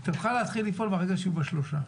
היא תוכל להתחיל לפעול ברגע שיהיו בה שלושה.